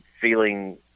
feeling